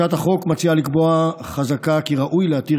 הצעת החוק מציעה לקבוע חזקה כי ראוי להתיר